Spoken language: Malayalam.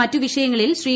മറ്റ് വിഷയങ്ങളിൽ ശ്രീ